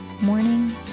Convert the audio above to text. morning